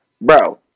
Bro